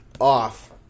off